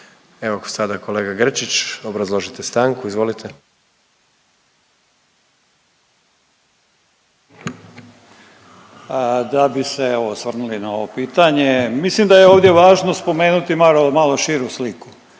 Evo sada kolega Grčić, obrazložite stanku, izvolite. **Grčić, Branko (SDP)** Da bi se evo osvrnuli na ovo pitanje mislim da je ovdje važno spomenuti malo, malo širu sliku,